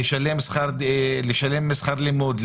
לשלם שכר לימוד,